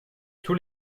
tous